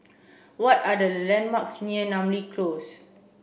what are the landmarks near Namly Close